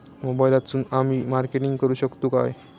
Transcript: मोबाईलातसून आमी मार्केटिंग करूक शकतू काय?